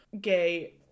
gay